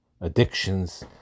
addictions